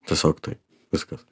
tiesiog tai viskas